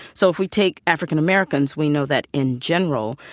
so if we take african-americans, we know that in general,